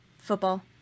Football